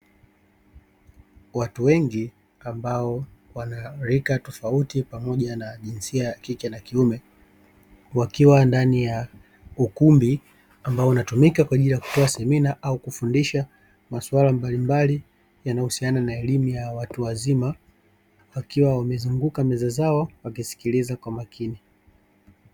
Watu wengi ambao wana rika tofauti pamoja na jinsia ya kike na kiume, wakiwa ndani ya ukumbi ambao unatumika kwa ajili ya kutoa semina au kufundisha maswala mbalimbali yanayo husiana na elimu ya watu wazima, wakiwa wamezunguka meza zao wakiskiliza kwa makini.